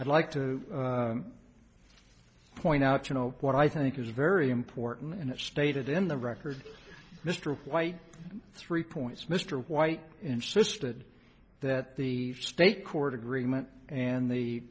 i'd like to point out you know what i think is very important and it's stated in the record mr white three points mr white insisted that the state court agreement and the